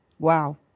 Wow